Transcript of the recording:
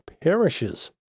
perishes